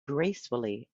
gracefully